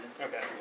Okay